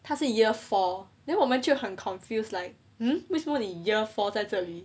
他是 year four then 我们就很 confused like mmhmm 为什么你 year four 在这里